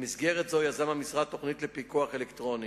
במסגרת זו יזם המשרד תוכנית לפיקוח אלקטרוני.